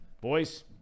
Boys